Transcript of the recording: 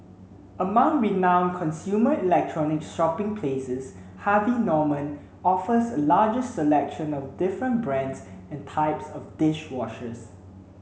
among renowned consumer electronics shopping places Harvey Norman offers a largest selection of different brands and types of dish washers